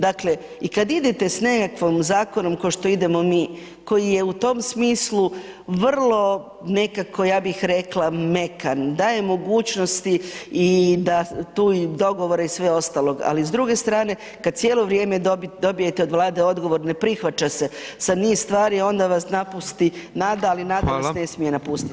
Dakle i kad idete s nekakvim zakonom ko što idemo mi, koji je u tom smislu vrlo nekako ja bih rekla, mekan, daje mogućnosti i da tu dogovore i sve ostalo ali s druge strane, kad cijelo vrijeme dobijete od Vlade odgovor „ne prihvaća se“ sa niz stvari onda vas napusti nada ali nada nas ne smije napustiti.